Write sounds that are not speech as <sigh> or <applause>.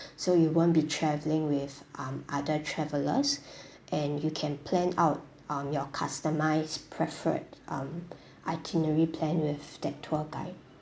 so you won't be traveling with um other travelers <breath> and you can plan out um your customized preferred um itinerary plan with that tour guide